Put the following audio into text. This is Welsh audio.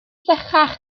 sychach